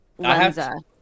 Lenza